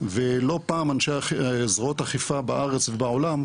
ולא פעם, אנשי זרועות האכיפה בעולם,